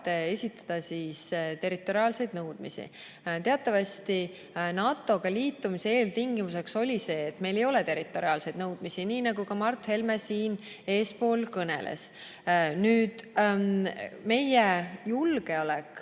esitada territoriaalseid nõudmisi. Teatavasti oli NATO‑ga liitumise eeltingimuseks see, et meil ei ole territoriaalseid nõudmisi, nii nagu ka Mart Helme eespool kõneles. Meie julgeolek